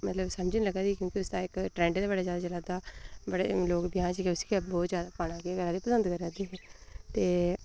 मतलब समझ निं लगा दी उसदा ट्रैंड दे बड़े ज्यादा चला दा बड़े लोग ब्याह् च उस्सी गै पाना करा दे पसंद करा दे ते